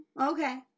Okay